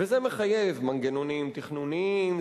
וזה מחייב מנגנונים תכנוניים,